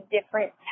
different